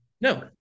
no